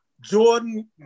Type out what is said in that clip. Jordan